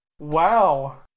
Wow